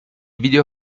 video